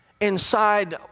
inside